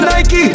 Nike